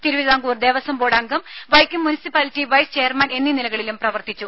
Thiruvithamkoor Devaswom board അംഗം Vaikom municipality vice chairman എന്നീ നിലകളിലും പ്രവർത്തിച്ചു